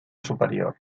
superior